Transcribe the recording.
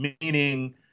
meaning